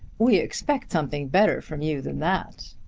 we expect something better from you than that.